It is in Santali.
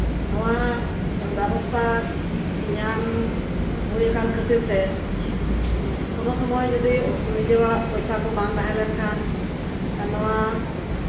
ᱱᱚᱣᱟ ᱵᱮᱵᱚᱥᱛᱷᱟ ᱧᱟᱢ ᱦᱩᱭ ᱟᱠᱟᱱ ᱠᱷᱟᱹᱛᱤᱨ ᱛᱮ ᱠᱳᱱᱳᱥᱚᱢᱚᱭ ᱡᱚᱫᱤ ᱱᱤᱡᱮᱨᱟᱜ ᱯᱚᱭᱥᱟ ᱠᱚ ᱵᱟᱝ ᱛᱟᱦᱮᱸ ᱞᱮᱱᱠᱷᱟᱱ ᱱᱚᱣᱟ